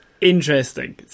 Interesting